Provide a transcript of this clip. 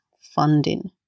funding